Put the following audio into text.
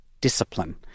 discipline